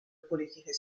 politiche